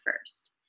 first